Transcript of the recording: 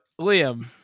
Liam